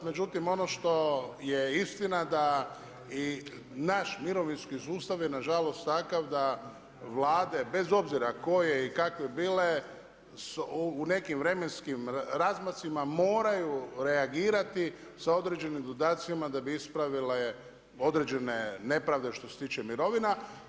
Međutim ono što je istina da i naš mirovinski sustav je nažalost takav da vlade bez obzira koje i kakve bile u nekim vremenskim razmacima moraju reagirati sa određenim dodacima da bi ispravile određene nepravde što se tiče mirovina.